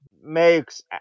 makes